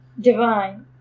divine